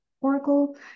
Oracle